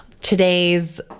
today's